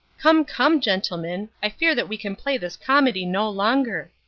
come, come, gentlemen, i fear that we can play this comedy no longer.